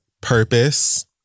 purpose